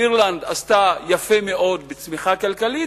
אירלנד עשתה יפה מאוד בצמיחה כלכלית,